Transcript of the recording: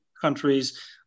countries